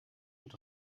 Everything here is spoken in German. und